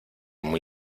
muy